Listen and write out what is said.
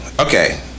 okay